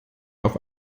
auf